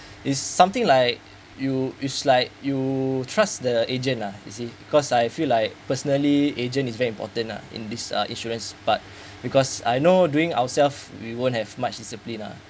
is something like you used like you trust the agent lah you see cause I feel like personally agent is very important lah in this uh insurance part because I know doing ourself we won't have much discipline lah